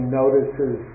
notices